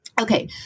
Okay